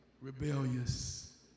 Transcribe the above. rebellious